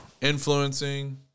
influencing